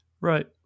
Right